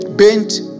Bent